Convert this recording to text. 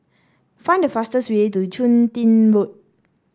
find the fastest way to Chun Tin Road